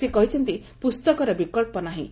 ସେ କହିଛନ୍ତି ପୁସ୍ତକର ବିକଳ୍ପ ନାହିଁ